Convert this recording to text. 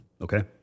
Okay